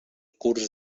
curs